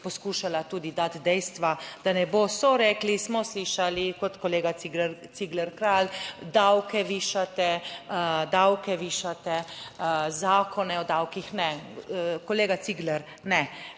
poskušala tudi dati dejstva, da ne boste rekli, smo slišali kot kolega Cigler Kralj, davke višate, davke višate, zakone o davkih. Kolega Cigler, ne.